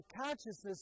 consciousness